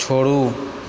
छोड़ू